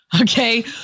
Okay